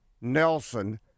Nelson